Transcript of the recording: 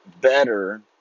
better